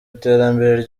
iterambere